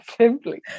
simply